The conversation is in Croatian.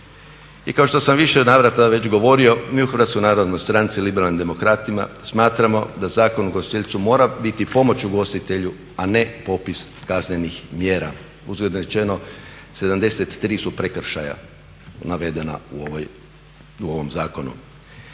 I kao što sam u više navrata već govorio mi u HNS-u Liberalnim demokratima smatramo da Zakon o ugostiteljstvu mora biti pomoć ugostitelju a ne popis kaznenih mjera. Uzgredno rečeno 73 su prekršaja navedena u ovom zakonu.